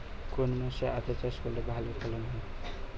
কোন মাসে আদা চাষ করলে ভালো ফলন হয়?